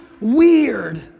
weird